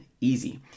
easy